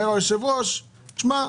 אומר היושב ראש תשמע,